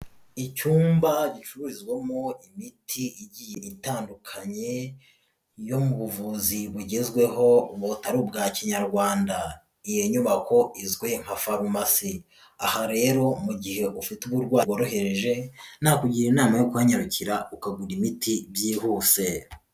Icyumba gicururizwamo imiti igiye itandukanye yo mu buvuzi bugezweho butari ubwa kinyarwanda, iyo nyubako izwi nka farumasi, aha rero mu gihe ufite uburwayi bworoheje nakugira inama yo kuhanyarukira ukagura imiti byihuse.